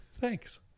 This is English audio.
thanks